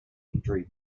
victory